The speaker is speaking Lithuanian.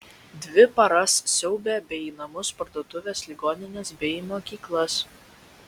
dvi paras siaubė bei namus parduotuves ligonines bei mokyklas